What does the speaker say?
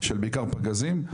של בעיקר פגזים,